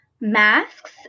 masks